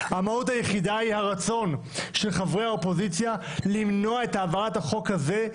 המהות היחידה היא הרצון של חברי האופוזיציה למנוע את העברת החוק הזה,